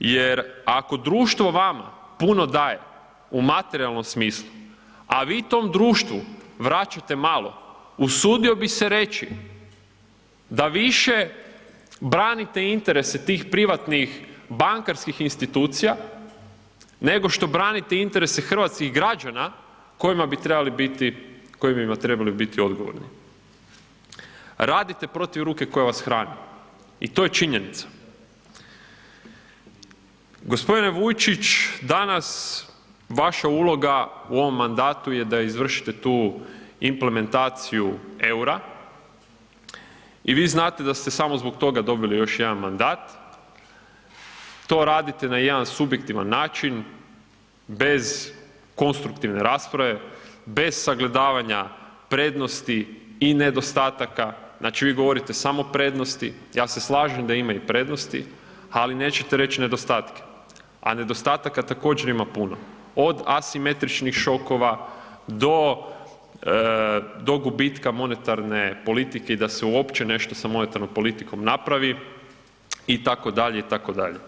jer ako društvo vama puno daje u materijalnom smislu, a vi tom društvu vraćate malo, usudio bi se reći da više branite interese tih privatnih bankarskih institucija nego što branite interese hrvatskih građana kojima bi trebali biti, kojima bi trebali biti odgovorni, radite protiv ruke koja vas hrani i to je činjenica. g. Vujčić, danas vaša uloga u ovom mandatu je da izvršite tu implementaciju EUR-a i vi znate da ste samo zbog toga dobili još jedan mandat, to radite na jedan subjektivan način bez konstruktivne rasprave, bez sagledavanja prednosti i nedostataka, znači vi govorite samo prednosti, ja se slažem da ima i prednosti, ali nećete reć nedostatke, a nedostataka također ima puno, od asimetričnih šokova do, do gubitka monetarne politike i da se uopće nešto sa monetarnom politikom napravi itd., itd.